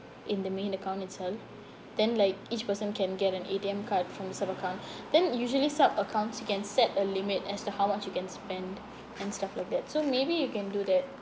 in the main account itself then like each person can get an A_T_M card from the sub account then usually sub accounts you can set a limit as to how much you can spend and stuff like that so maybe you can do that